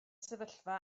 sefyllfa